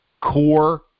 core